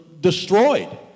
destroyed